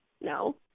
No